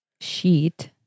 sheet